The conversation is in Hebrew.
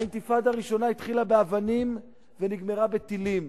האינתיפאדה הראשונה התחילה באבנים ונגמרה בטילים.